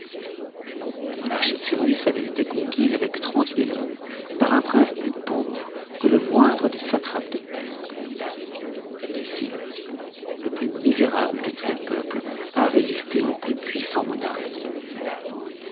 la monarchie de cyrus a été conquise avec trente mille hommes par un prince plus pauvre que le moindre des satrapes de perse les scythes le plus misérable de tous les peuples ont résisté aux plus puissans monarques de l'univers